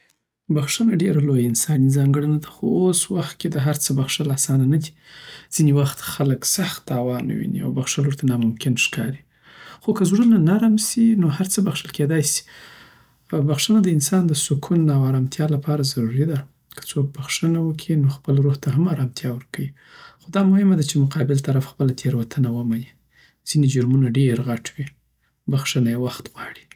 بخښنه ډېره لویه انساني ځانګړنه ده خو اوس وخت کی دهرڅه بخښل اسانه ندی ځینې وخت خلک سخت تاوان ویني، او بخښل ورته ناممکن ښکاری خو که زړونه نرم شي، نو هر څه بخښل کېدی شي. بخښنه د انسان د سکون او ارامتیا لپاره ضروری ده. که څوک بخښنه وکړي، نو خپله روح ته هم ارامتیا ورکوي. خو دا هم مهمه ده چې مقابل طرف خپله تېروتنه ومني. ځینې جرمونه ډېر غټ وي، بخښنه یې وخت غواړي.